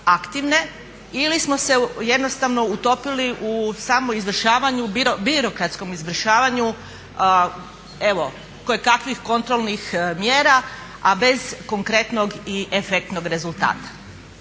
ili smo se jednostavno utopili u samo izvršavanju, birokratskom izvršavanju evo kojekakvih kontrolnih mjera a bez konkretnog i efektnog rezultata.